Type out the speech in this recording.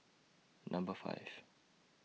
Number five